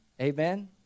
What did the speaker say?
Amen